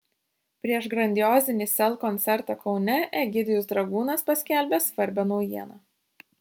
prieš grandiozinį sel koncertą kaune egidijus dragūnas paskelbė svarbią naujieną